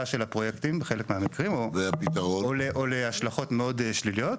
של הפרויקטים בחלק מהמקרים או להשלכות מאוד שליליות.